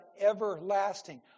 everlasting